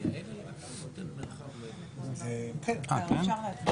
בסדר גמור.